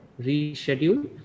reschedule